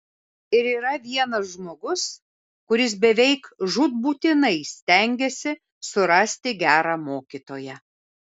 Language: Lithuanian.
ir yra vienas žmogus kuris beveik žūtbūtinai stengiasi surasti gerą mokytoją